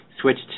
switched